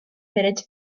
minutes